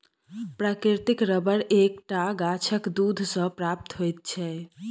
प्राकृतिक रबर एक टा गाछक दूध सॅ प्राप्त होइत छै